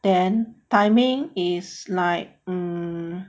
then timing is like um